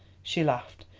she laughed.